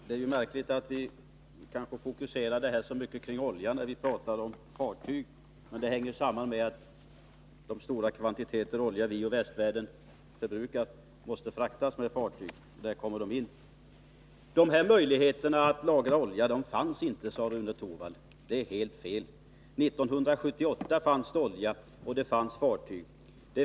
Fru talman! Det är kanske märkligt att vi i så stor utsträckning fokuserar den här debatten, som handlar om fartyg, på oljan. Det hänger samman med att de stora kvantiteter olja som vi och västvärlden förbrukar måste fraktas med fartyg. Det är alltså där oljan kommer in. Möjligheter att lagra olja fanns inte, sade Rune Torwald. Det är helt fel. 1978 fanns det olja, och det fanns fartyg.